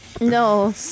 No